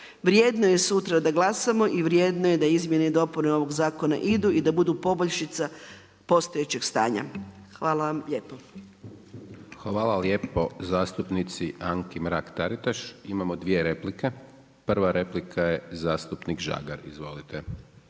Vrijedno je sutra da glasamo i vrijedno je da izmjene i dopune ovog zakona idu i da budu poboljšica postojećeg stanja. Hvala vam lijepo. **Hajdaš Dončić, Siniša (SDP)** Hvala lijepo zastupnici Anki Mrak-Taritaš. Imamo 2 replike. Prva replika je zastupnik Žagar. Izvolite.